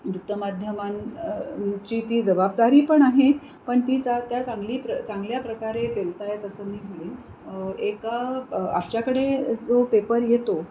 वृत्तमाध्यमां ची ती जबाबदारी पण आहे पण ती त्या त्या चांगली प्र चांगल्या प्रकारे पेलत आहेत असं मी म्हणेन एका आमच्याकडे जो पेपर येतो